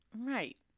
Right